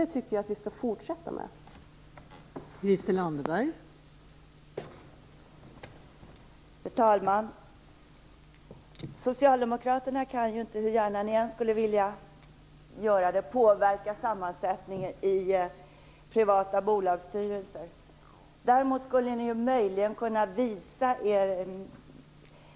Jag tycker att vi skall fortsätta med detta.